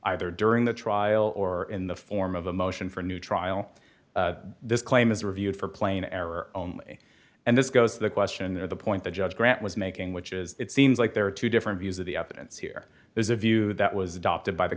either during the trial or in the form of a motion for new trial this claim is reviewed for plain error and this goes to the question there the point that judge grant was making which is it seems like there are two different views of the evidence here is a view that was adopted by the